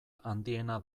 handiena